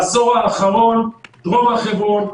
בעשור האחרון דרום הר חברון,